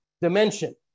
dimension